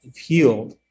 healed